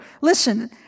listen